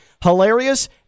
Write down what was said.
hilarious